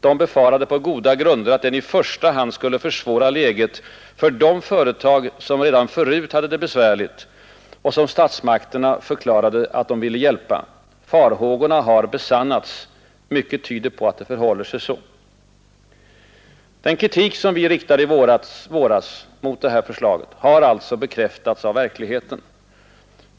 De befarade på goda grunder att den i första hand skulle försvåra läget för de företag som redan förut hade det besvärligt och som statsmakterna förklarade att de ville hjälpa. Farhågorna har besannats. Mycket tyder på att det förhåller sig så.” Den kritik som vi i våras riktade mot det här förslaget har alltså bekräftats av verkligheten.